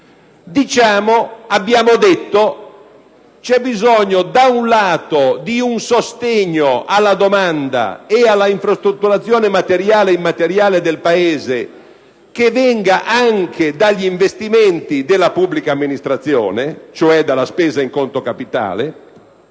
diciamo che c'è bisogno di un sostegno alla domanda e all'infrastrutturazione materiale e immateriale del Paese che venga anche dagli investimenti della pubblica amministrazione, cioè dalla spesa in conto capitale.